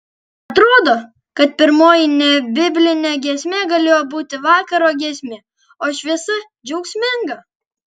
atrodo kad pirmoji nebiblinė giesmė galėjo būti vakaro giesmė o šviesa džiaugsminga